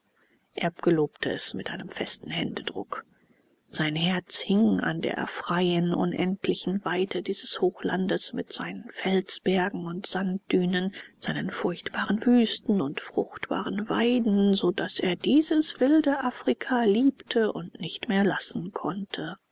erb gelobte es mit einem festen händedruck sein herz hing an der freien unendlichen weite dieses hochlandes mit seinen felsbergen und sanddünen seinen furchtbaren wüsten und fruchtbaren weiden so daß er dieses wilde afrika liebte und nicht mehr lassen konnte